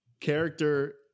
character